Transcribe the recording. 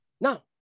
Now